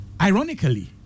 ironically